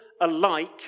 alike